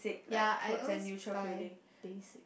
ya I always find base